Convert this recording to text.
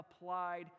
applied